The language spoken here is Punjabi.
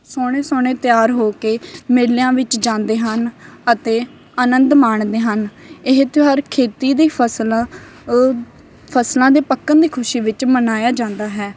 ਸੋਹਣੇ ਸੋਹਣੇ ਤਿਆਰ ਹੋ ਕੇ ਮੇਲਿਆਂ ਵਿੱਚ ਜਾਂਦੇ ਹਨ ਅਤੇ ਆਨੰਦ ਮਾਣਦੇ ਹਨ ਇਹ ਤਿਉਹਾਰ ਖੇਤੀ ਦੀ ਫਸਲ ਫਸਲਾਂ ਦੇ ਪੱਕਣ ਦੀ ਖੁਸ਼ੀ ਵਿੱਚ ਮਨਾਇਆ ਜਾਂਦਾ ਹੈ